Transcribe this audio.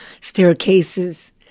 staircases